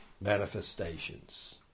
manifestations